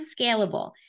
scalable